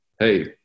hey